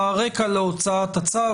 הרקע להוצאת הצו,